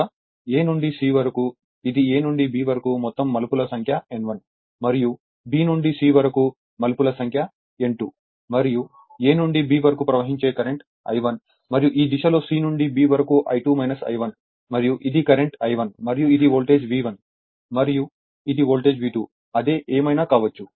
కాబట్టి A నుండి C వరకు ఇది A నుండి B వరకు మొత్తం మలుపుల సంఖ్య N1 మరియు B నుండి C వరకు మలుపుల సంఖ్య N2 మరియు A నుండి B వరకు ప్రవహించే కరెంటు I1 మరియు ఈ దిశలో C నుండి B వరకు I2 I1 మరియు ఇది కరెంట్ I1 మరియు ఇది వోల్టేజ్ V1 మరియు ఇది వోల్టేజ్ V2 అదే ఏమైనా కావచ్చు